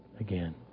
again